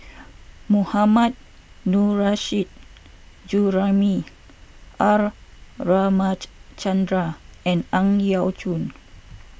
Mohammad Nurrasyid Juraimi R Ramachandran and Ang Yau Choon